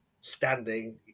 standing